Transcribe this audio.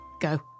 Go